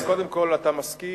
אז קודם כול אתה מסכים